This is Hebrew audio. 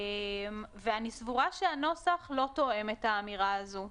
אני סבורה שהנוסח לא תואם את האמירה הזאת,